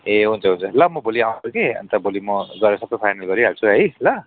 ए हुन्छ हुन्छ ल म भोलि आउँछु कि अन्त भोलि म गएर सबै फाइनल गरिहाल्छु है ल